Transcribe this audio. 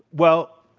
well,